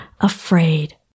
afraid